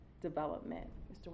development